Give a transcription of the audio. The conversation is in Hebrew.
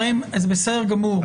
חברים, זה בסדר גמור.